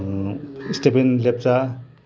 Stephen Lepcha